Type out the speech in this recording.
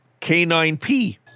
K9P